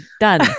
Done